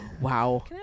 Wow